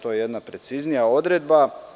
To je jedna preciznija odredba.